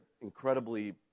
incredibly